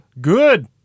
Good